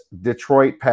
Detroit